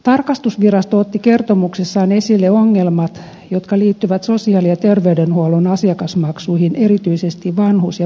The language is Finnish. tarkastusvirasto otti kertomuksessaan esille ongelmat jotka liittyvät sosiaali ja terveydenhuollon asiakasmaksuihin erityisesti vanhus ja vammaispalveluissa